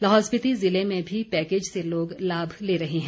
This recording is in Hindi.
लाहौल स्पीति जिले में भी पैकेज से लोग लाभ ले रहे हैं